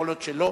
יכול להיות שלא,